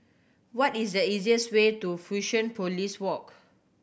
what is the easiest way to Fusionopolis Walk